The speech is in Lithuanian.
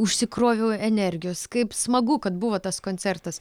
užsikroviau energijos kaip smagu kad buvo tas koncertas